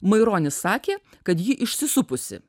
maironis sakė kad ji išsisupusi